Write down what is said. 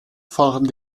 fahren